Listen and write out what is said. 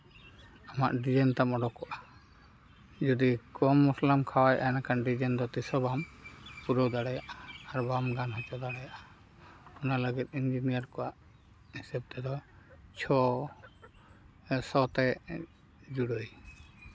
ᱟᱢᱟᱜ ᱰᱤᱡᱟᱭᱤᱱ ᱛᱟᱢ ᱩᱰᱩᱠᱚᱜᱼᱟ ᱡᱩᱫᱤ ᱠᱚᱢ ᱢᱚᱥᱞᱟᱢ ᱠᱷᱟᱣᱟᱣᱮᱜᱼᱟ ᱮᱱᱠᱷᱟᱱ ᱰᱤᱡᱟᱭᱤᱱ ᱫᱚ ᱛᱤ ᱦᱚᱸ ᱵᱟᱢ ᱯᱩᱨᱟᱹᱣ ᱫᱟᱲᱮᱭᱟᱜᱼᱟ ᱟᱨ ᱵᱟᱢ ᱜᱟᱱ ᱦᱚᱪᱚ ᱫᱟᱲᱮᱭᱟᱜᱼᱟ ᱚᱱᱟ ᱞᱟᱹᱜᱤᱫ ᱤᱱᱡᱤᱱᱤᱭᱟᱨ ᱠᱚᱣᱟᱜ ᱦᱤᱥᱟᱹᱵ ᱛᱮᱫᱚ ᱪᱷᱚ ᱥᱟᱶᱛᱮ ᱡᱩᱲᱟᱹᱭ